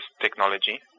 technology